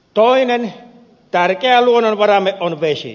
toinen tärkeä luonnonvaramme on vesi